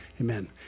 Amen